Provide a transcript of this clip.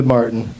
Martin